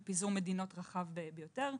בפיזור מדינות רחב ביותר.